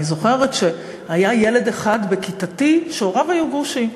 אני זוכרת שהיה ילד אחד בכיתתי שהוריו היו גרושים.